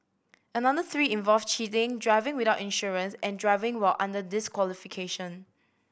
another three involve cheating driving without insurance and driving while under disqualification